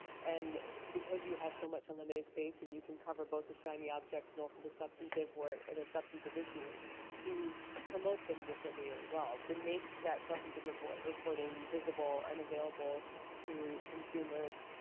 and because you have so much unlimited space and you can cover both the shiny objects and also the substantive where ah the substantive issues to promote them differently as well, to make that substantive reporting visible and available to consumers,